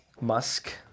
musk